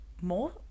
more